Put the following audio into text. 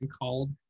called